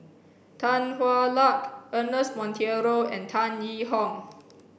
Tan Hwa Luck Ernest Monteiro and Tan Yee Hong